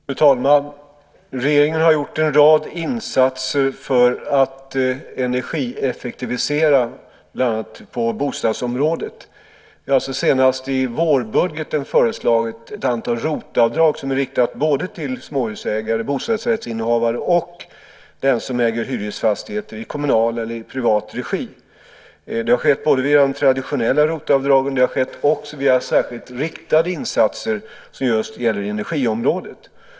Fru talman! Regeringen har gjort en rad insatser för att energieffektivisera bland annat på bostadsområdet. Vi har senast i vårbudgeten föreslagit ett antal ROT-avdrag som är riktade både till småhusägare, bostadsrättshavare och den som äger hyresfastigheter i kommunal eller i privat regi. Det har skett både via de traditionella ROT-avdragen och också via särskilt riktade insatser som just gäller energiområdet.